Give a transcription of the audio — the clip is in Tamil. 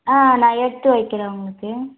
ஆ நான் எடுத்து வைக்கிறேன் உங்களுக்கு